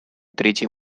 третьей